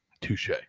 Touche